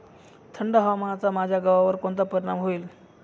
थंड हवामानाचा माझ्या गव्हावर कोणता परिणाम होईल?